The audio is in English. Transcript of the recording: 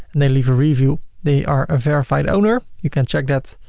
and they leave a review, they are a verified owner. you can check that.